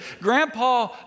Grandpa